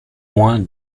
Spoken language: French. moins